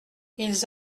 ils